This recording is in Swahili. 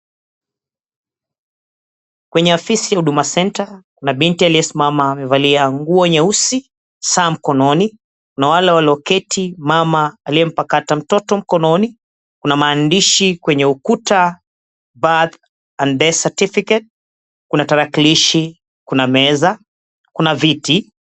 Kwenye afisi ya Huduma Centre, kuna binti aliyesimama amevalia nguo nyeusi, saa mkononi. Kuna wale walioketi, mama aliyempakata mtoto mkononi. Kuna maandishi kwenye ukuta, "Birth and Death Certificate." Kuna tarakilishi, kuna meza, kuna viti.